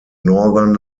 northern